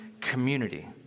community